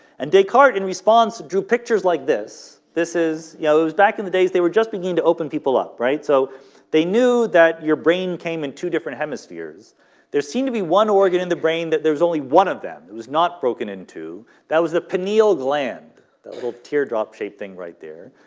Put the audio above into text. and descartes in response drew pictures like this. this is yeah. it was back in the days they were just begin to open people up right so they knew that your brain came in two different hemispheres there seemed to be one organ in the brain that there's only one of them it was not broken into that was the pineal gland that little teardrop shaped thing right there,